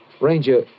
Ranger